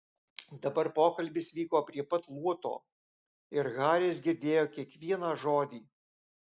dabar pokalbis vyko prie pat luoto ir haris girdėjo kiekvieną žodį